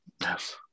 Yes